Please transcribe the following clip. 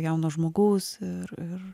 jauno žmogaus ir ir